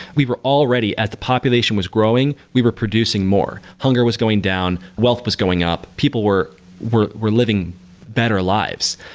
we were all ready. as the population was growing, we were producing more. hunger was going down. wealth was going up. people were were living better lives.